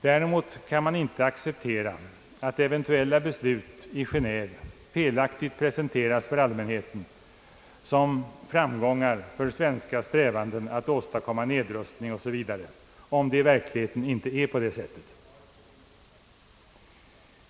Däremot kan man inte acceptera att eventuella beslut i Genéve felaktigt presenteras för allmänheten såsom framgångar för de svenska strävandena att åstadkomma nedrustning o. s. v., om det i verkligheten inte är på det sättet.